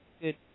good